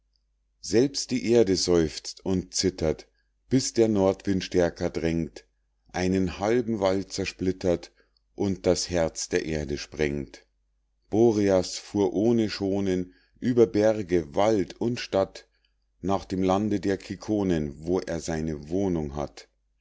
selbst die erde seufzt und zittert bis der nordwind stärker drängt einen halben wald zersplittert und das herz der erde sprengt boreas fuhr ohne schonen ueber berge wald und stadt nach dem lande der ciconen wo er seine wohnung hat